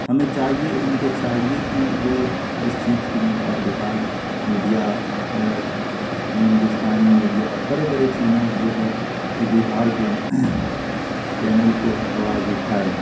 ہمیں چاہیے ان کو چاہیے کہ وہ اس چیز کی مدعا بہار میڈیا ہندوستانی میڈیا بڑے بڑے چینلز جو ہے یہ بہار کے چینل کو آواز اٹھائے